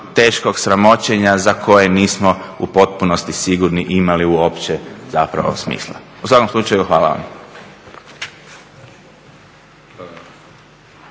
teškog sramoćenja za koje nismo u potpunosti sigurni imali li uopće zapravo smisla. U svakom slučaju hvala vam.